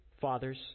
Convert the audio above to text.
Fathers